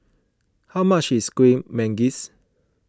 how much is Kuih Manggis